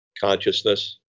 consciousness